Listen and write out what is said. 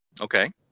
Okay